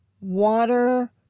water